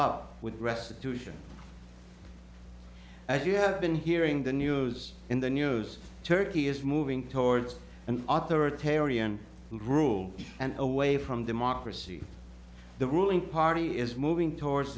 up with restitution as you have been hearing the news in the news turkey is moving towards an author a herion would rule and away from democracy the ruling party is moving towards